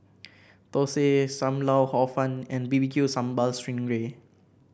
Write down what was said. thosai Sam Lau Hor Fun and B B Q Sambal Sting Ray